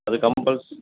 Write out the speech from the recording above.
அது கம்பல்ஸ்